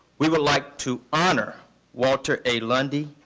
we would like to honor walter a. lundy,